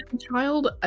child